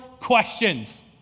questions